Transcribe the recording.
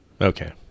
Okay